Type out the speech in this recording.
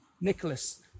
Nicholas